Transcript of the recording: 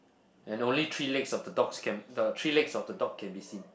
and only three legs of the dogs can the three legs of the dog can be seen